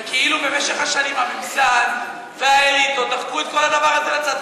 וכאילו במשך השנים הממסד והאליטות דחקו את כל הדבר הזה לצד,